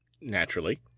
Naturally